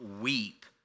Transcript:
weep